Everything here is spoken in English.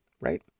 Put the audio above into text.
right